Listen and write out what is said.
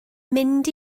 mynd